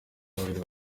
babiri